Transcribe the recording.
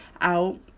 out